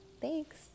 Thanks